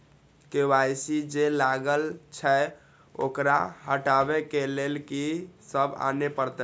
KYC जे लागल छै ओकरा हटाबै के लैल की सब आने परतै?